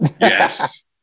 Yes